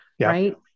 right